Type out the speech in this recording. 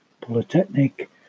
Polytechnic